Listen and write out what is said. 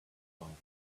moment